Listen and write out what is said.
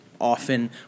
Often